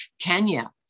Kenya